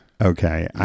Okay